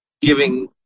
giving